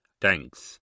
Thanks